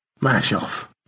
Mash-off